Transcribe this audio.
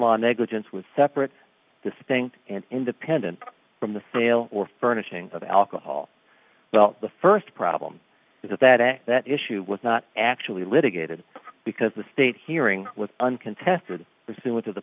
law negligence was separate distinct and independent from the sale or furnishing of alcohol well the first problem is that a that issue was not actually litigated because the state hearing was uncontested soon with of the